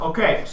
Okay